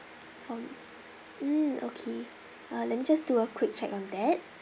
from mm okay uh let me just do a quick check on that